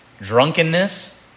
drunkenness